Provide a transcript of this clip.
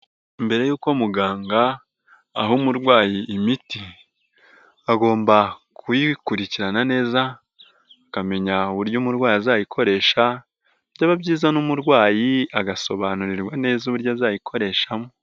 Mbere yuko muganga aha umurwayi imiti agomba kuyikurikirana neza, akamenya uburyo umurwayi azayikoresha byaba byiza n'umurwayi agasobanurirwa neza uburyo azayikoreshamo.